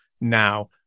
now